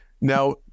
Now